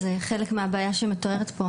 זה חלק מהבעיה שמתוארת פה,